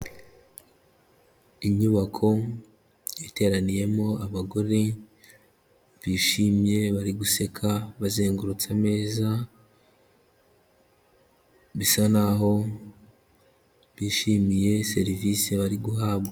Inyubako iteraniyemo abagore bishimye bari guseka, bazengurutse ameza, bisa n'aho bishimiye serivisi bari guhabwa.